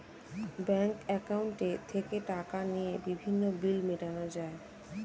bank অ্যাকাউন্টে থেকে টাকা নিয়ে বিভিন্ন বিল মেটানো যায়